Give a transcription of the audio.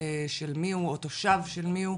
של מי הוא או תושב של מי הוא.